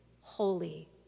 holy